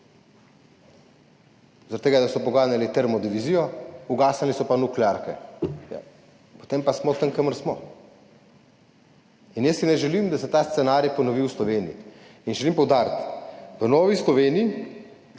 tega, da so poganjali termodivizijo, ugasnili so pa nuklearke. Potem pa smo tam, kjer smo. Jaz si ne želim, da se ta scenarij ponovi v Sloveniji. Želim poudariti, da smo v Novi Sloveniji